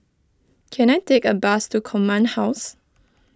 can I take a bus to Command House